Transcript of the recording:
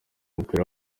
umupira